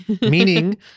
Meaning